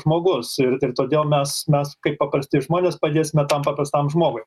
žmogus ir ir todėl mes mes kaip paprasti žmonės padėime tam paprastam žmogui